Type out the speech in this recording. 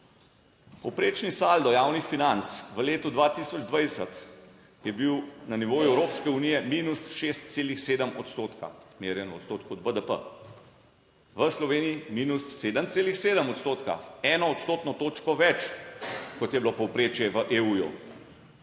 Povprečni saldo javnih financ v letu 2020 je bil na nivoju Evropske unije -6,7 odstotka, merjeno v odstotku BDP, v Sloveniji -7,7 odstotka; eno odstotno točko več kot je bilo povprečje v EU.